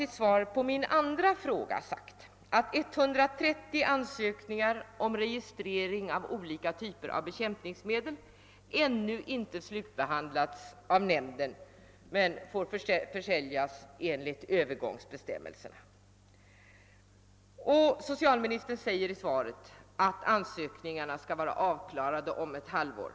Som svar på min andra fråga har statsrådet meddelat att 130 ansökningar om registrering av olika typer av bekämpningsmedel ännu inte har slutbehandlats av nämnden men att medlen får försäljas enligt övergångsbestämmelserna. Socialministern säger också i svaret att man beräknar att ansökningarna skall vara avklarade inom ett halvår.